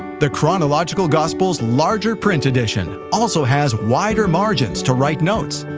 the chronological gospels larger print edition also has wider margins to write notes,